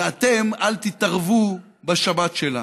ואתם, אל תתערבו בשבת שלנו.